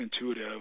intuitive